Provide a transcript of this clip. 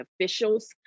officials